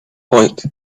point